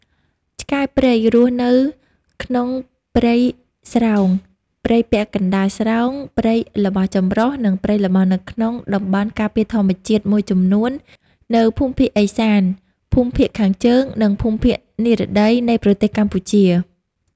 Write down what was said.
ឆ្កែព្រៃរស់នៅក្នុងព្រៃស្រោង ព្រៃពាក់កណ្តាលស្រោង ព្រៃល្បោះចម្រុះ និងព្រៃល្បោះនៅក្នុងតំបន់ការពារធម្មជាតិមួយចំនួននៅភូមិភាគឦសាន ភូមិភាគខាងជើង និងភូមិភាគនិរតី នៃប្រទេសកម្ពុជា។